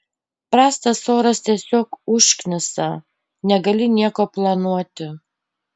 prastas oras tiesiog užknisa negali nieko planuoti